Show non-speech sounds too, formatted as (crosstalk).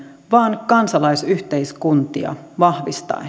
vaan kansalaisyhteiskuntia vahvistaen (unintelligible)